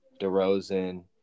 DeRozan